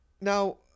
now